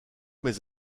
mes